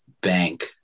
bank